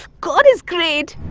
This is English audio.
god is great.